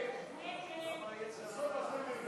הוספת עילות לעבירות הסתה ופשע